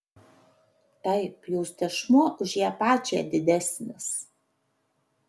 taip jos tešmuo už ją pačią didesnis